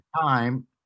time